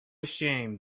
ashamed